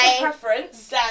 preference